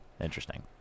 Interesting